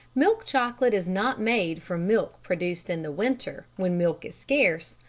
milk chocolate is not made from milk produced in the winter, when milk is scarce,